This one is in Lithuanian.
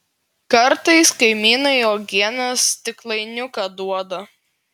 kartais kaimynai uogienės stiklainiuką duoda